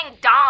dong